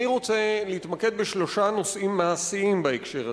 אני רוצה להתמקד בשלושה נושאים מעשיים בהקשר הזה.